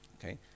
Okay